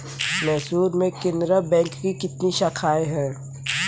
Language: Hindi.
मैसूर में केनरा बैंक की कितनी शाखाएँ है?